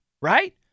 right